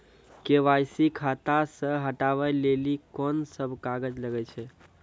KYC खाता से हटाबै लेली कोंन सब कागज लगे छै?